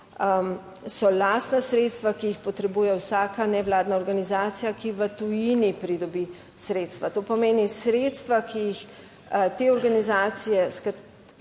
so lastna sredstva, ki jih potrebuje vsaka nevladna organizacija, ki v tujini pridobi sredstva, to pomeni sredstva, ki jih te organizacije, za